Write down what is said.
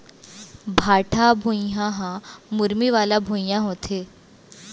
भाठा भुइयां ह मुरमी वाला भुइयां होथे